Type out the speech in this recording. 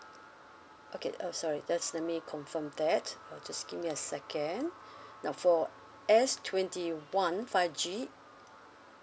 okay uh sorry just let me confirm that just give me a second now for S twenty one five G